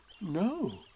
no